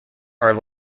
are